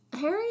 Harry